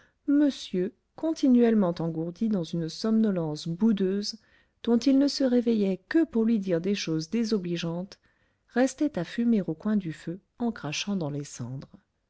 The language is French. monsieur continuellement engourdi dans une somnolence boudeuse dont il ne se réveillait que pour lui dire des choses désobligeantes restait à fumer au coin du feu en crachant dans les cendres